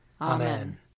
Amen